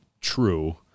true